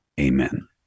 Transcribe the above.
amen